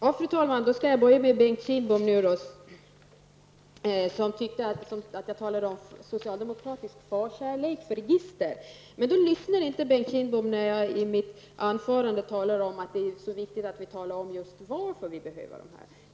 Fru talman! Den här gången skall jag börja med Bengt Kindbom, som tyckte att jag talade om en socialdemokratisk förkärlek för register. Då lyssnade inte Bengt Kindbom. I mitt anförande sade jag att det är viktigt att vi talar om varför vi behöver registren.